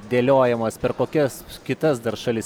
dėliojamas per kokias kitas dar šalis